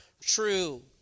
true